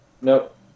Nope